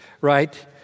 right